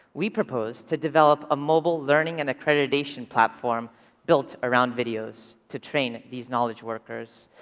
we propose to develop a mobile learning and accreditation platform built around videos to train these knowledge workers.